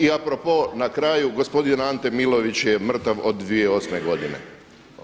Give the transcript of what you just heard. I a propos na kraju, gospodin Ante Milović je mrtav od 2008. godine.